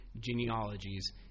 genealogies